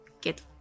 get